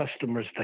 customers